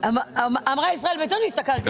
אמרה "ישראל ביתנו" הסתכלתי עליך.